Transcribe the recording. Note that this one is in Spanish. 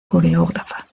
coreógrafa